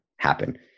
happen